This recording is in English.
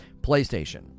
playstation